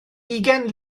ugain